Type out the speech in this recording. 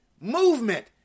movement